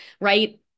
right